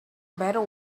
better